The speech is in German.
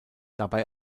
dabei